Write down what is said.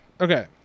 Okay